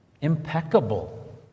impeccable